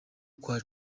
kwa